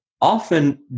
often